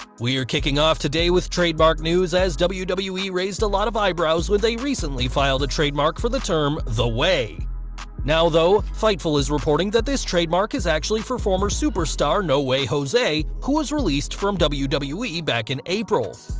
we're kicking off today with trademark news, as wwe wwe raised a lot of eyebrows when they recently filed a trademark for the term the way now though, fightful is reporting that this trademark is actually for former superstar no way jose, who was released from wwe wwe back in april.